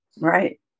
Right